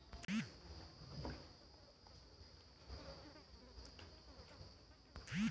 IMF global वित्तीय व्यवस्था खातिर जिम्मेदार हौ